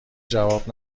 جواب